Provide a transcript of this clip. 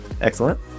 excellent